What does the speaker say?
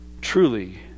Truly